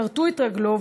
כרתו את רגלו,